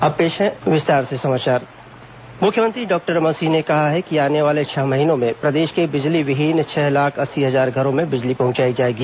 RDA भूमिपूजन मुख्यमंत्री doctor Raman Singh ने कहा है कि आने वाले छह महीनों में प्रदेश के बिजलीविहीन छह लाख अस्सी हजार घरों में बिजली पहंचाई जाएगी